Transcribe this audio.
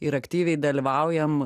ir aktyviai dalyvaujam